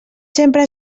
sempre